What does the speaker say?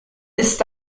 ist